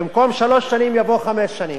במקום "שלוש שנים" יבוא "חמש שנים".